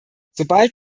sobald